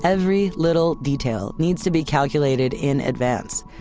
every little detail needs to be calculated in advance.